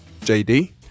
JD